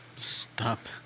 Stop